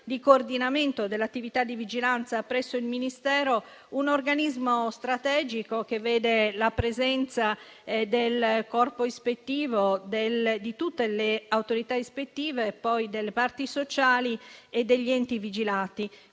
di coordinamento dell'attività di vigilanza presso il Ministero, un organismo strategico che vede la presenza di tutte le autorità ispettive, delle parti sociali e degli enti vigilati.